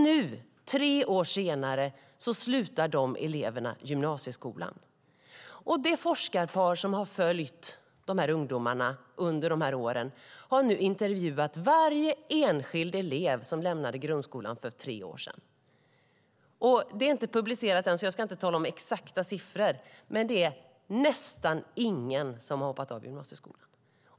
Nu, tre år senare, slutar dessa elever gymnasieskolan. Det forskarpar som har följt dessa ungdomar under åren har nu intervjuat varje enskild elev som lämnade grundskolan för tre år sedan. Detta är inte publicerat än, så jag ska inte tala om exakta siffror. Men det är nästan ingen som har hoppat av gymnasieskolan.